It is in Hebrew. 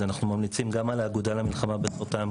אז המלצנו גם על האגודה למלחמה בסרטן,